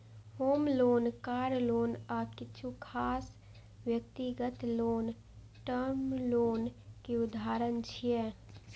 होम loan, car loan आ किछु खास व्यक्तिगत लोन टर्म लोन के उदाहरण छियै